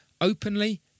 openly